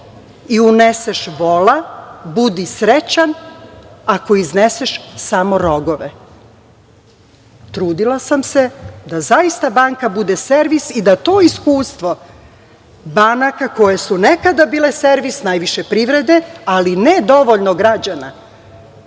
i uneseš vola budi srećan ako izneseš samo rogove. Trudila sam se da zaista banka bude servis i da to iskustvo banaka koje su nekada bile servis, najviše privrede, ali ne dovoljno građana,